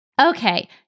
Okay